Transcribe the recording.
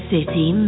City